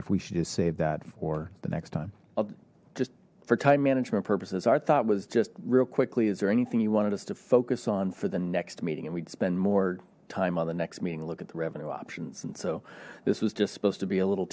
if we should just save that for the next time i'll just for time management purposes our thought was just real quickly is there anything you wanted us to focus on for the next meeting and we'd spend more time the next meeting look at the revenue options and so this was just supposed to be a little